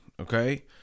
okay